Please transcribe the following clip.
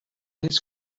his